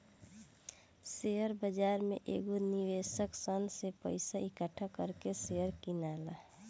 share बाजार में कएगो निवेशक सन से पइसा इकठ्ठा कर के शेयर किनला